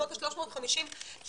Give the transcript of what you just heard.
בסביבות 350 נפטרים.